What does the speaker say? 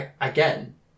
again